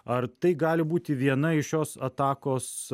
ar tai gali būti viena iš šios atakos